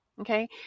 Okay